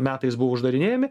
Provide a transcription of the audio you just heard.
metais buvo uždarinėjami